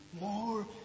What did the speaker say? more